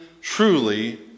truly